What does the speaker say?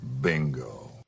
Bingo